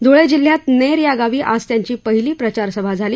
धुळे जिल्ह्यात नेर या गावी आज त्यांची पहिली प्रचार सभा झाली